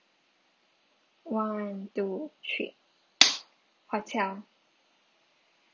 one two three hotel